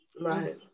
Right